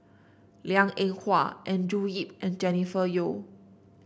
Liang Eng Hwa Andrew Yip and Jennifer Yeo